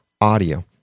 audio